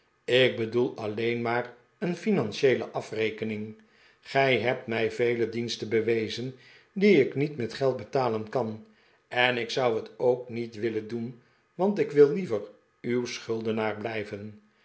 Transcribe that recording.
ik bedoel alleen maar een financieele afrekening gij hebt mij vele diensten bewezen die ik niet met geld betalen kan en ik zou het ook niet willen doen want ik wil liever uw schuldenaar blijven